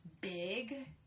big